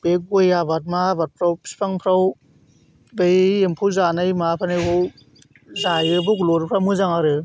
बे गय आबाद मा आबाद बिफांफ्राव बै एम्फौ जानाय मानायखौ जायो बग'लरिफ्रा मोजां आरो